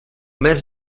més